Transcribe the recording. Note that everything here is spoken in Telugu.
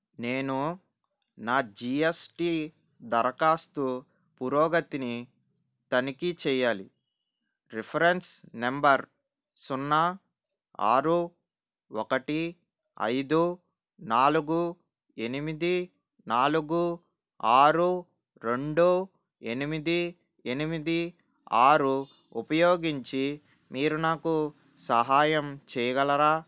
నేను నా జీ ఎస్ టీ దరఖాస్తు పురోగతిని తనిఖీ చెయ్యాలి రిఫరెన్స్ నంబర్ సున్నా ఆరు ఒకటి ఐదు నాలుగు ఎనిమిది నాలుగు ఆరు రెండు ఎనిమిది ఎనిమిది ఆరు ఉపయోగించి మీరు నాకు సహాయం చేయగలరా